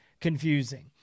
confusing